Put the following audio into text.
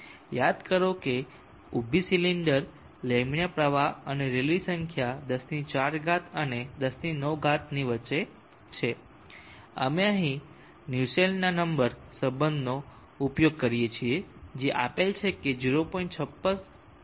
યાદ કરો કે ઊભી સિલિન્ડર લેમિનર પ્રવાહ અને રેલીની સંખ્યા 104 અને 109 ની વચ્ચે છે અમે અહીં નુસ્લેના નંબર સંબંધનો ઉપયોગ કરીએ છીએ જે આપેલ છે કે 0